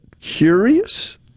curious